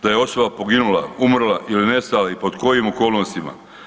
Da je osoba poginula, umrla ili nestala i pod kojim okolnostima.